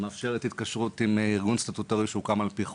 שמאפשרת התקשרות עם ארגון סטטוטורי שהוקם על פי חוק,